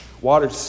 water